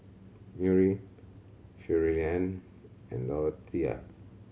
Murry Shirleyann and Doretha